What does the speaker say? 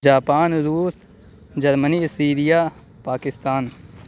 Japan روس Germany Syria Pakistan